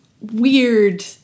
weird